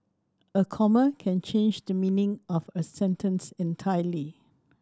a comma can change the meaning of a sentence entirely